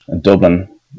Dublin